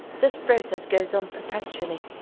this process goes on perpetually.